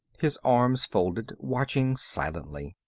his arms folded, watching silently.